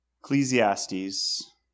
Ecclesiastes